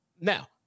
Now